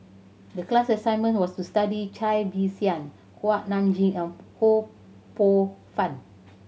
the class assignment was to study Cai Bixia Kuak Nam Jin and Ho Poh Fun